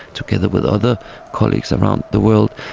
together with other colleagues around the world,